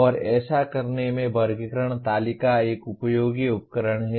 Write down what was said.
और ऐसा करने में वर्गीकरण तालिका एक उपयोगी उपकरण है